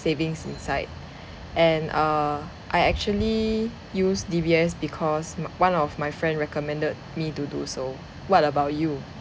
savings inside and err I actually use D_B_S because m~ one of my friend recommended me to do so what about you